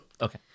okay